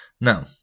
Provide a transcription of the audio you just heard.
Now